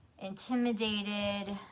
intimidated